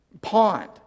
pond